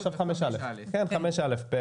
עכשיו 5א. הצבעה